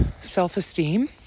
self-esteem